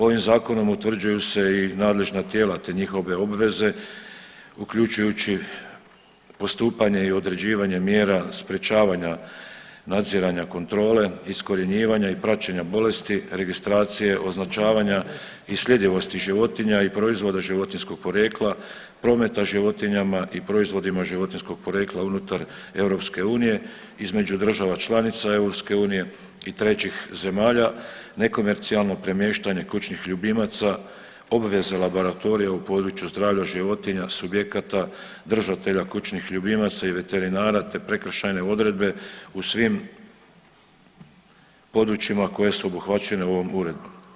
Ovim zakonom utvrđuju se i nadležna tijela te njihove obveze uključujući postupanje i određivanje mjera sprječavanja nadziranja kontrole, iskorjenjivanja i praćenja bolesti, registracije, označavanja i sljedivosti životinja i proizvoda životinjskog porijekla, prometa životinjama i proizvodima životinjskog porijekla unutar EU između država članica EU i trećih zemalja, nekomercijalno premještanje kućnih ljubimaca, obveze laboratorija u području zdravlja životinja, subjekata držatelja kućnih ljubimaca i veterinara te prekršajne odredbe u svim područjima koje su obuhvaćene ovom uredbom.